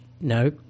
no